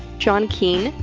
john keane,